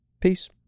peace